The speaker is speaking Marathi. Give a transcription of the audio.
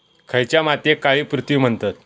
खयच्या मातीयेक काळी पृथ्वी म्हणतत?